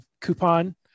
coupon